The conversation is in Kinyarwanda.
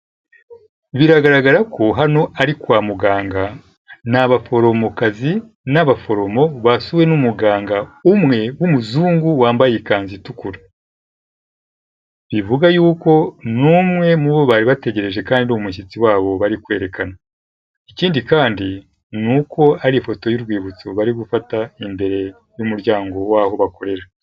Biragaragara ko hano hari kwa muganga, ni abaforomokazi n'abaforomo basuwe n'umuganga umwe w'umuzungu wambaye ikanzu itukura, bivuga y'uko ni umwe mubo bari bategere kandi ni umushyitsi wabo bari kwerekana, ikindi kandi ni uko hari ifoto y'urwibutso bari gufata imbere y'umuryango w'aho bakorera.